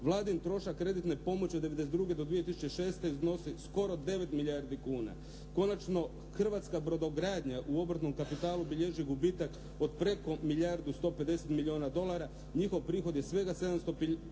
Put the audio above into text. Vladin trošak kreditne pomoći od '92. do 2006. iznosi skoro 9 milijardi kuna. Konačno, hrvatska brodogradnja u obrtnom kapitalu bilježi gubitak od preko milijardu 150 milijuna dolara. Njihov prihod je svega 750 milijuna